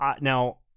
now